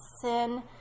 sin